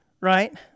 Right